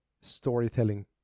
storytelling